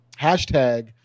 hashtag